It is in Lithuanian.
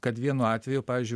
kad vienu atveju pavyzdžiui